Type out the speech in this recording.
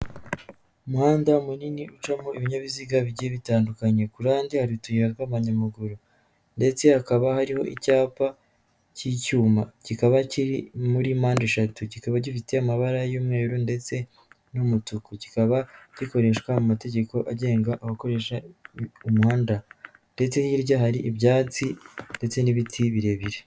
Umuhanda munini ucamo ibinyabiziga bigiye bitandukanye, ku ruhande hari utuyira tw'abanyamaguru ndetse hakaba hariho icyapa cy'icyuma kikaba kiri muri mpande eshatu kikaba gifite amabara y'umweru ndetse n'umutuku, kikaba gikoreshwa mu mategeko agenga abakoresha umuhanda ndetse hirya hari ibyatsi ndetse n'ibiti birebire.